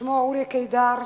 ששמו אורי קידר,